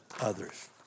others